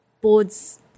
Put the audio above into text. Boards